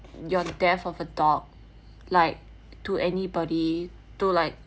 your death of a dog like to anybody to like